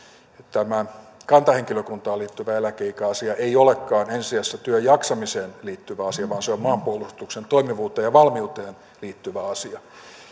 tämä kantahenkilökuntaan liittyvä eläkeikäasia ei olekaan ensi sijassa työssäjaksamiseen liittyvä asia vaan se on maanpuolustuksen toimivuuteen ja valmiuteen liittyvä asia